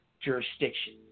jurisdiction